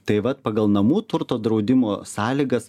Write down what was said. tai vat pagal namų turto draudimo sąlygas